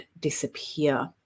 disappear